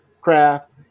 craft